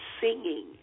singing